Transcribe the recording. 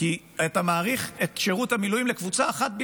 כי אתה מאריך את שירות המילואים לקבוצה אחת בלבד.